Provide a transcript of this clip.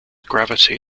gravity